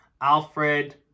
Alfred